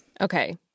Okay